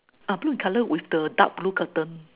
ah blue in color with the dark blue curtain